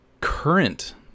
current